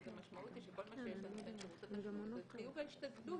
אז המשמעות היא שכל מה שיש לנותן שירותי תשלום זה חיוב ההשתדלות,